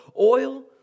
oil